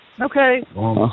Okay